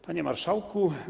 Panie Marszałku!